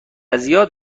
زیاد